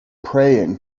praying